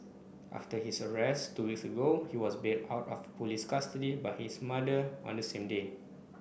after his arrest two weeks ago he was bailed out of police custody by his mother on the same day